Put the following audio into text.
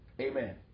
amen